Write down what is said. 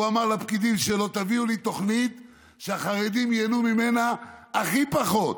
הוא אמר לפקידים שלו: תביאו לי תוכנית שהחרדים ייהנו ממנה הכי פחות.